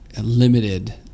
limited